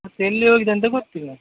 ಮತ್ತೆ ಎಲ್ಲಿ ಹೋಗಿದೆ ಅಂತ ಗೊತ್ತಿಲ್ಲ